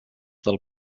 del